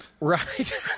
Right